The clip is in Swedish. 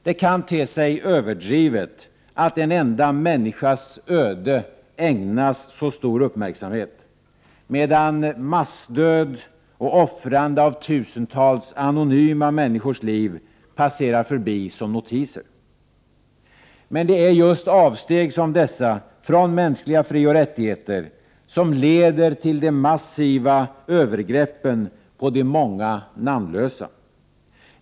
Det kan te sig överdrivet att en enda människas öde ägnas så stor uppmärksamhet, medan massdöd och offrande av tusentals anonyma människors liv passerar förbi som notiser. Men det är just avsteg som dessa från mänskliga frioch rättigheter som leder till de massiva övergreppen på de många namnlösa.